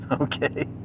okay